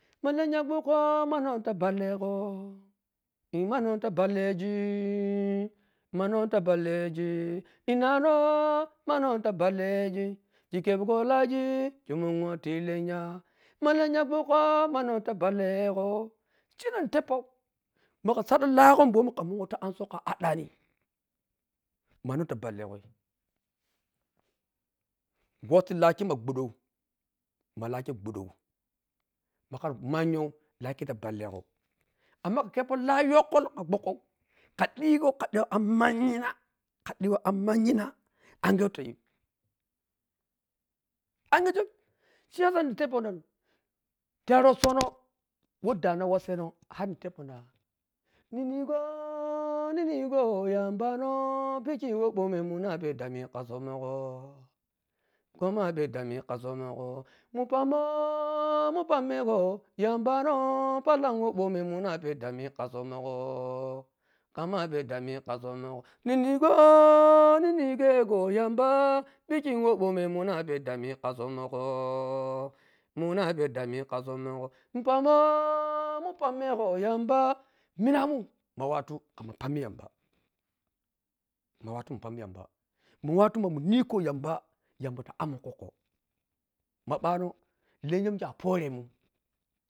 Malennya dhukwoh manhok ta ba balleghoo- ihi manhok ta ballegiiii-ihi nanho mnhoḱ ta ballegi-khikepgho lahgi khimùngho ti lennyh ma lennya dhùkwah manhok ta balleghoo-”. Shine whnhi tepho magha sadhau lahgho bomi khagha mùnhi ti anshogho khaaddhani ma nhokta ballegho wosi lahkhw ghudhau ma lahkhe ghudhau makha manyho lahkhe ta ballegho amma khakephe lah yhokhol khadhiyho anmanyhina khadhiyho anmanyhina angigye wah tayhim angigyam siyasa nhitephonha ta rhosohnoh wah dhano wassanho harnhitepho nah singing “ninikooo- niniko yambanho pikhiwah bwohmi munna peridami khasommoghoo-khamma peridami khasommoghoo- mùnpemmohhh--. Mùmpemmegho yambanho pallak wah pwhomi mùndha khamma peridham khasommoghoo-ninikoo-ninighegho yamba pikhi wah bwomoi mundha peridham khasommoghoo- mùndha peridhammi khasommoghoo-. Mùnpemmoh mùnemmegho yambaa-. Minamùn ma watu khammu pemmi yamba ma watù mùn pemmi yamba mamùn watu mamùn niko yamba, yamba ya abmun kwokwo ma bwanho lenyha wah mikhe a phoremun.